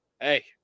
hey